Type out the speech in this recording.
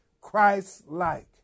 Christ-like